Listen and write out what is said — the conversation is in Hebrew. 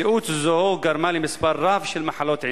מציאות זו גרמה למספר רב של מחלות עיניים,